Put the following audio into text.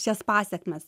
šias pasekmes